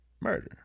murder